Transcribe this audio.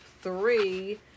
three